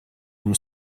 uno